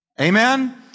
Amen